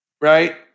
right